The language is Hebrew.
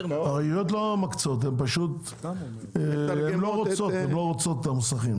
העיריות לא מקצות, הן פשוט לא רוצות את המוסכים.